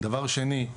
דבר שני,